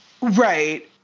Right